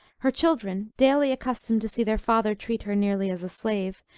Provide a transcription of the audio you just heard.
her children, daily accustomed to see their father treat her nearly as a slave,